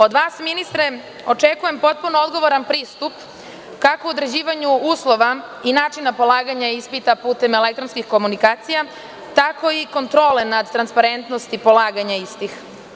Od vas, ministre, očekujem potpuno odgovoran pristup kako u određivanju uslova i načina polaganja ispita putem elektronskih komunikacija, tako i kontrole nad transparentnosti polaganja istih.